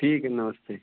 ठीक है नमस्ते